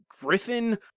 Griffin